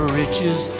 riches